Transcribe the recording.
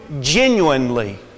genuinely